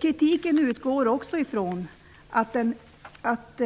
Kritiken utgår också ifrån att